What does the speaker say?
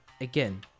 Again